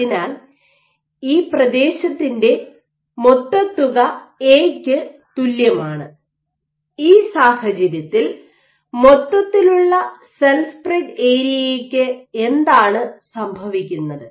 അതിനാൽ ആ പ്രദേശത്തിന്റെ മൊത്തത്തുക എക്ക് തുല്യമാണ് ഈ സാഹചര്യത്തിൽ മൊത്തത്തിലുള്ള സെൽ സ്പ്രെഡ് ഏരിയയ്ക്ക് എന്താണ് സംഭവിക്കുന്നത്